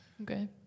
okay